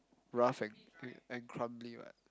rough and and crumbly [what]